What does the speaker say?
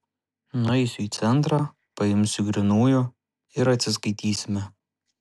nueisiu į centrą paimsiu grynųjų ir atsiskaitysime